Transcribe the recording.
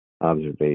observation